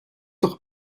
doch